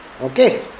Okay